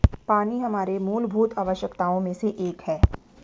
पानी हमारे मूलभूत आवश्यकताओं में से एक है